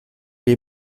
les